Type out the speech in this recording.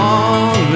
Long